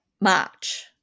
March